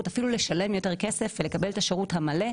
אפילו לשלם יותר כסף ולשלם את השירות המלא,